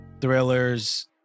thrillers